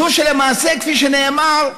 זאת שלמעשה, כפי שנאמר,